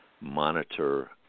monitor